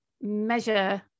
measure